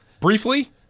Briefly